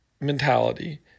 mentality